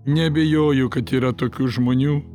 neabejoju kad yra tokių žmonių